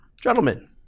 Gentlemen